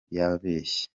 yabeshye